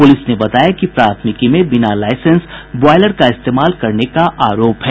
police ने बताया कि प्राथमिकी में बिना लाइसेंस बॉयलर का इस्तेमाल करने का आरोप है